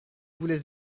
voulait